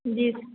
जी